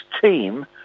team